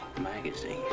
Magazine